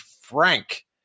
Frank